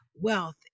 wealth